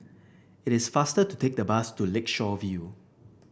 it is faster to take the bus to Lakeshore View